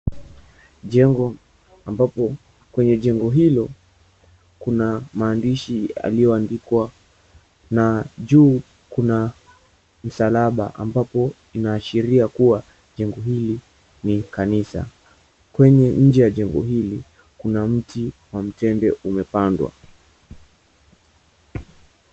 Jengo, ambapo, kwenye jengo hilo, kuna maandishi yaliyoandikwa na juu kuna msalaba ambapo inaashiria kuwa jengo hili ni kanisa. Kwenye nje ya jengo hili kuna mti wa mtende umepandwa.